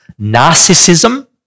narcissism